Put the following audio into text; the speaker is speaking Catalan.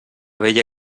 vella